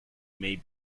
may